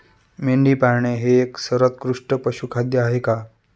मेंढी पाळणे हे सर्वोत्कृष्ट पशुखाद्य आहे का?